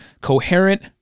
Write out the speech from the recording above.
coherent